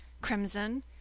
crimson